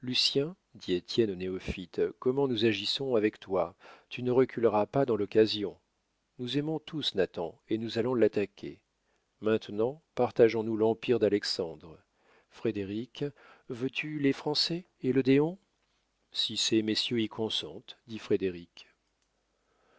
néophyte comment nous agissons avec toi tu ne reculeras pas dans l'occasion nous aimons tous nathan et nous allons l'attaquer maintenant partageons nous l'empire d'alexandre frédéric veux-tu les français et l'odéon si ces messieurs y consentent dit frédéric